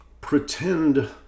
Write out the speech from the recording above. pretend